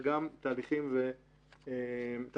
וגם תהליכי עבודה.